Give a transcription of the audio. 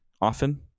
often